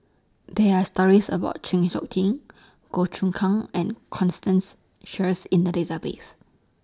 There Are stories about Chng Seok Tin Goh Choon Kang and Constance Sheares in The Database